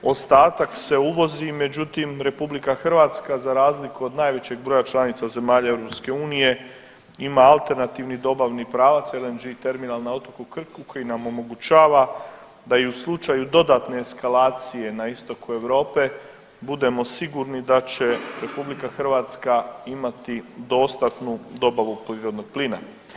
Ostatak se uvozi međutim RH za razliku od najvećeg broja članica zemalja EU ima alternativni dobavni pravac LNG terminal na otoku Krku koji nam omogućava da i u slučaju dodatne eskalacije na istoku Europe budemo sigurni da će RH imati dostatnu dobavu prirodnog plina.